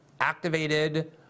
activated